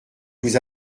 vous